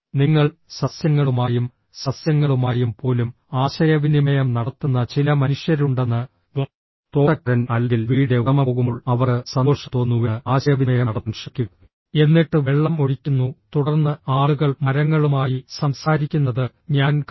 നിങ്ങൾ സസ്യങ്ങളുമായും സസ്യങ്ങളുമായും പോലും ആശയവിനിമയം നടത്തുന്ന ചില മനുഷ്യരുണ്ടെന്ന് തോട്ടക്കാരൻ അല്ലെങ്കിൽ വീടിന്റെ ഉടമ പോകുമ്പോൾ അവർക്ക് സന്തോഷം തോന്നുന്നുവെന്ന് ആശയവിനിമയം നടത്താൻ ശ്രമിക്കുക എന്നിട്ട് വെള്ളം ഒഴിക്കുന്നു തുടർന്ന് ആളുകൾ മരങ്ങളുമായി സംസാരിക്കുന്നത് ഞാൻ കണ്ടു